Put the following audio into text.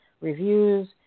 reviews